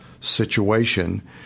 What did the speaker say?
situation